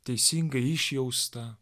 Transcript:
teisingai išjausta